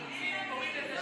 אין בתים.